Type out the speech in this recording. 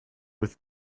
with